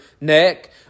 neck